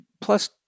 plus